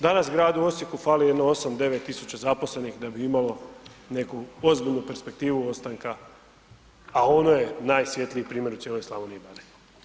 Danas gradu Osijeku fali jedno 8-9.000 zaposlenih da bi imao neku ozbiljnu perspektivu ostanka, a ono je najsvjetliji primjer u cijeloj Slavoniji i Baranji.